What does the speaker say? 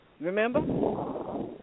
Remember